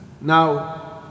Now